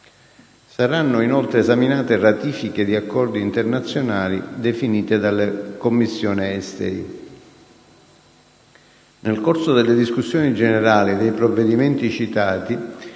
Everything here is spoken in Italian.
Saranno inoltre esaminate ratifiche di accordi internazionali definite dalla Commissione esteri. Nel corso delle discussioni generali dei provvedimenti citati